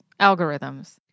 algorithms